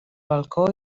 balcó